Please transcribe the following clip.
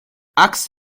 axt